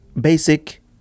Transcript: basic